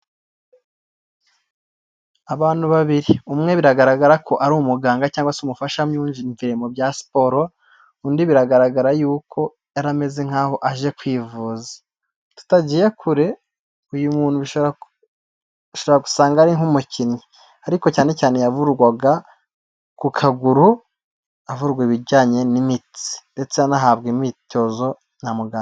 Abantu babiri umwe biragaragara ko ari umuganga cyangwa se umufashamyumvire mu bya siporo, undi biragaragara yuko yari ameze nkaho aje kwivuza, tutagiye kure uyu muntu ushobora gusanga ari nk'umukinnyi ariko cyane cyane yavurwaga ku kaguru avurwa ibijyanye n'imitsi ndetse anahabwa imyitozo na muganga.